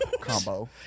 Combo